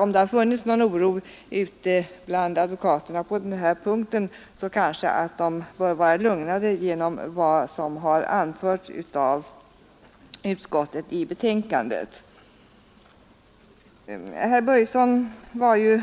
Om det funnits någon oro bland advokaterna på denna punkt, bör de vara lugnade genom vad utskottet anfört i betänkandet. Herr Börjesson i Falköping var